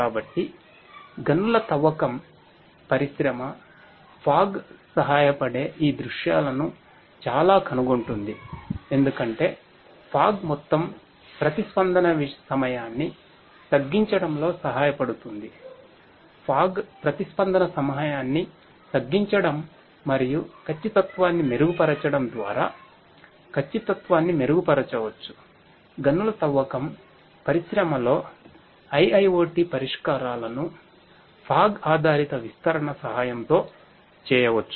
కాబట్టి గనుల తవ్వకం పరిశ్రమ ఫాగ్ ఆధారిత విస్తరణ సహాయంతో చేయవచ్చు